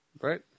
right